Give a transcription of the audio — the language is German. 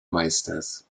meisters